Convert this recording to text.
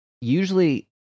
usually